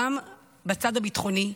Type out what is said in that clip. גם בצד הביטחוני,